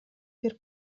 бир